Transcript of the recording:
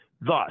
Thus